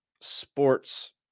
sports